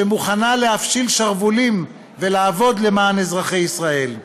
שמוכנה להפשיל שרוולים ולעבוד למען אזרחי מדינת ישראל,